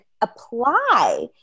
apply